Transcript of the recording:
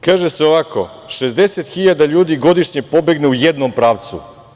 Kaže se ovako - 60 hiljada ljudi godišnje pobegne u jednom pravcu.